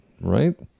right